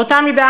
באותה מידה,